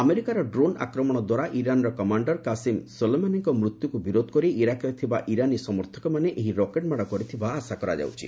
ଆମେରିକାର ଡ୍ରୋନ୍ ଆକ୍ରମଣ ଦ୍ୱାରା ଇରାନର କମାଣ୍ଡର କାଶୀମ ସୋଲେମାନିଙ୍କର ମୃତ୍ୟୁକୁ ବିରୋଧ କରି ଇରାକରେ ଥିବା ଇରାନୀ ସମର୍ଥକମାନେ ଏହି ରକେଟ୍ ମାଡ କରିଥିବା ଆଶା କରାଯାଉଛି